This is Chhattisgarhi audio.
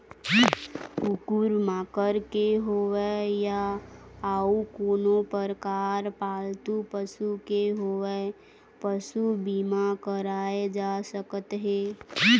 कुकुर माकर के होवय या अउ कोनो परकार पालतू पशु के होवय पसू बीमा कराए जा सकत हे